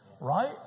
right